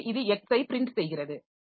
ஏனெனில் இது x ஐ பிரின்ட் செய்கிறது